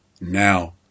Now